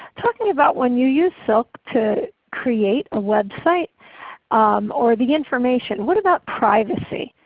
talking about when you use silk to create a website or the information, what about privacy?